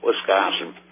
Wisconsin